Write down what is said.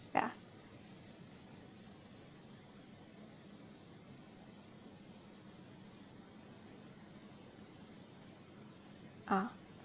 ya ah